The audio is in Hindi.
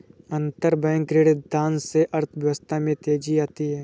अंतरबैंक ऋणदान से अर्थव्यवस्था में तेजी आती है